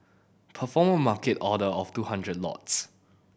perform a market order of two hundred lots